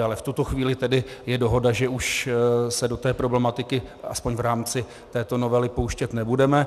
Ale v tuto chvíli tedy je dohoda, že už se do té problematiky, aspoň v rámci této novely, pouštět nebudeme.